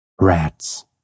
Rats